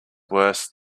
worse